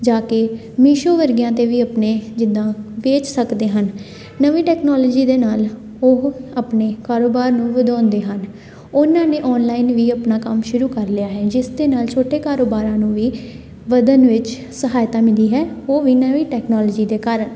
ਜਾ ਕੇ ਮੀਸ਼ੋ ਵਰਗਿਆਂ 'ਤੇ ਵੀ ਆਪਣੇ ਜਿੱਦਾਂ ਵੇਚ ਸਕਦੇ ਹਨ ਨਵੀਂ ਟੈਕਨੋਲੋਜੀ ਦੇ ਨਾਲ ਉਹ ਆਪਣੇ ਕਾਰੋਬਾਰ ਨੂੰ ਵਧਾਉਂਦੇ ਹਨ ਉਹਨਾਂ ਨੇ ਔਨਲਾਈਨ ਵੀ ਆਪਣਾ ਕੰਮ ਸ਼ੁਰੂ ਕਰ ਲਿਆ ਹੈ ਜਿਸ ਦੇ ਨਾਲ ਛੋਟੇ ਕਾਰੋਬਾਰਾਂ ਨੂੰ ਵੀ ਵਧਣ ਵਿੱਚ ਸਹਾਇਤਾ ਮਿਲੀ ਹੈ ਉਹ ਵੀ ਨਵੀਂ ਟੈਕਨੋਲੋਜੀ ਦੇ ਕਾਰਨ